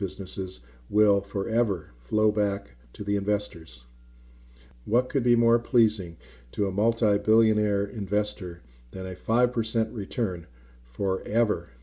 businesses will forever flow back to the investors what could be more pleasing to a multi billionaire investor that a five percent return for ever